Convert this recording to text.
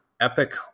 epic